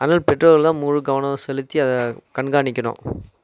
அதனால பெற்றோர்கள் தான் முழு கவனம் செலுத்தி அதை கண்காணிக்கணும்